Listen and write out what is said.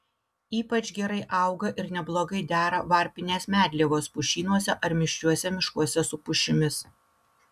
ypač gerai auga ir neblogai dera varpinės medlievos pušynuose ar mišriuose miškuose su pušimis